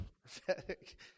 prophetic